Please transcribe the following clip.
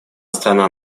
страна